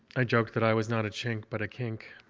i joked that i was not a chink but a kink.